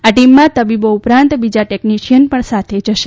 આ ટીમમાં તબીબો ઉપરાંત બીજા ટેકનીશીયમ પણ સાથે જશે